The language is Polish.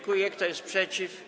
Kto jest przeciw?